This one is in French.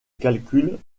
calcul